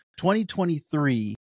2023